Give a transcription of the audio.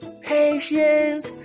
patience